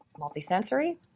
Multisensory